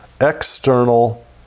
external